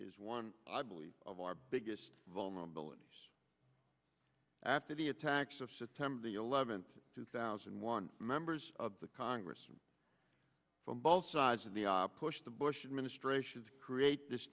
is one i believe of our biggest vulnerabilities after the attacks of september the eleventh two thousand and one members of the congress from both sides of the push the bush administration to create this